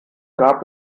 gab